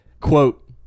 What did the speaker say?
Quote